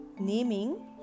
naming